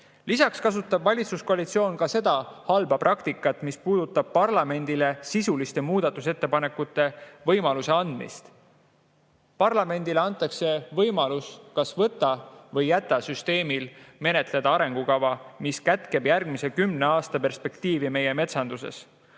Lisaks kasutab valitsuskoalitsioon seda halba praktikat, mis puudutab parlamendile sisuliste muudatusettepanekute võimaluse andmist. Parlamendile antakse võimalus võta-või-jäta‑süsteemiga menetleda arengukava, mis kätkeb järgmise kümne aasta perspektiivi meie metsanduses.